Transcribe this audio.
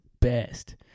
best